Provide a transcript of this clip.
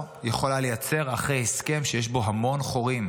יכולה לייצר אחרי הסכם שיש בו המון חורים,